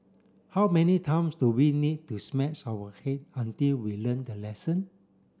how many times do we need to smash our head until we learn the lesson